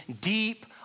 deep